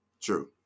True